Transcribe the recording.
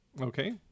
Okay